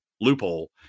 loophole